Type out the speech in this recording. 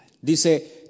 Dice